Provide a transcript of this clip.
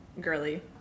girly